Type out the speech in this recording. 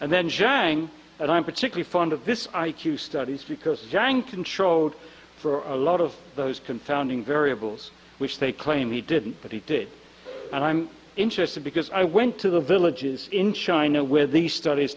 and then jang and i'm particularly fond of this i q studies because yang controlled for a lot of those confounding variables which they claim he didn't but he did and i'm interested because i went to the villages in china where these studies